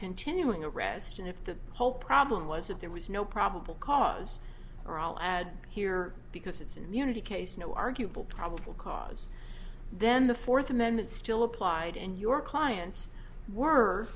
continuing arrest and if the whole problem was that there was no probable cause or i'll add here because it's in the unity case no arguable probable cause then the fourth amendment still applied and your clients were